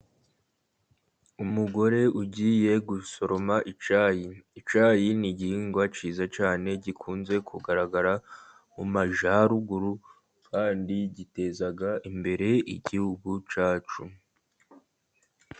Umugore ugiye gusoroma icyayi, icyayi ni igihingwa cyiza cyane, gikunze kugaragara mu Majaruguru, kandi giteza imbere igihugu cyacu.